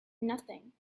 nothing